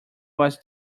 was